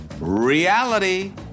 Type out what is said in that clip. Reality